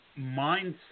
mindset